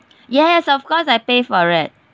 yes of course I pay for it